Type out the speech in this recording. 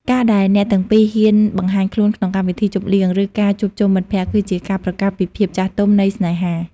ការដែលអ្នកទាំងពីរហ៊ានបង្ហាញខ្លួនក្នុងកម្មវិធីជប់លៀង ឬការជួបជុំមិត្តភក្ដិ គឺជាការប្រកាសពីភាពចាស់ទុំនៃស្នេហា។